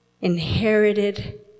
inherited